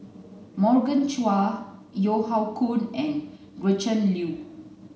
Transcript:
Morgan Chua Yeo Hoe Koon and Gretchen Liu